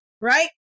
right